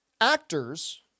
actors